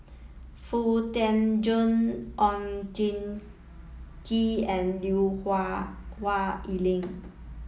Foo Tee Jun Oon Jin Gee and Lui Hah Wah Elena